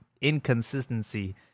inconsistency